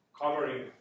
covering